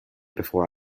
before